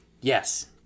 Yes